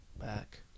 back